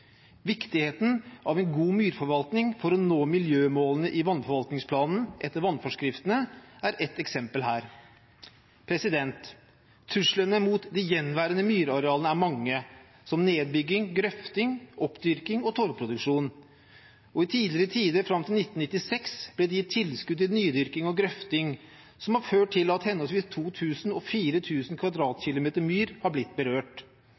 Viktigheten av en god myrforvaltning for å nå miljømålene i vannforvaltningsplanene etter vannforskriften er ett eksempel her. Truslene mot de gjenværende myrarealene er mange, som nedbygging, grøfting, oppdyrking og torvproduksjon. I tidligere tider, fram til 1996, ble det gitt tilskudd til nydyrking og grøfting, noe som har ført til at henholdsvis 2 000 og 4 000 km2myr har blitt berørt.